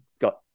got